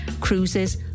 cruises